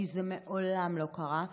כי זה מעולם לא קרה,